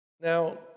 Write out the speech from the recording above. Now